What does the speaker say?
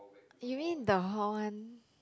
you mean the hall one